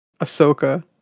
Ahsoka